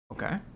Okay